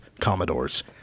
Commodores